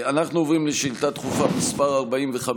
אנחנו עוברים לשאילתה דחופה מס' 45,